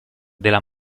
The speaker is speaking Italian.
della